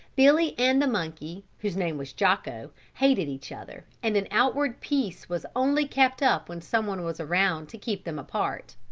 billy and the monkey, whose name was jocko, hated each other and an outward peace was only kept up when someone was around to keep them apart.